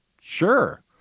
Sure